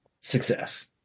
success